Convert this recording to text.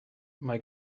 mae